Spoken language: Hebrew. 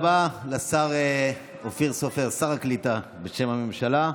תודה רבה לשר אופיר סופר, שר הקליטה, בשם הממשלה.